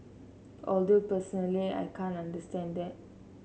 although personally I can't understand that